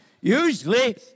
Usually